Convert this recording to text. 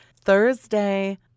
Thursday